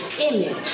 Image